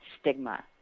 stigma